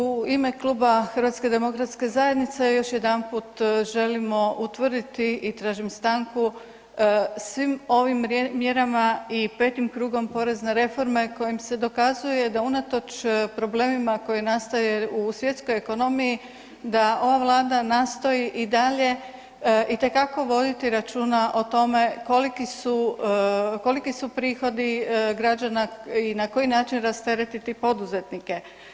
U ime kluba HDZ-a još jednom želimo utvrditi i tražim stanku svim ovim mjerama i 5. krugom porezne reforme kojim se dokazuje da unatoč problemima koji nastaje u svjetskoj ekonomiji da ova Vlada nastoji i dalje voditi računa o tome koliki su prihodi građana i na koji način rasteretiti poduzetnike.